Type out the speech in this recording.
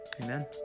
Amen